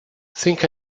think